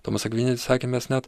tomas akvinietis sakė mes net